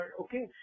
okay